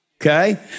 okay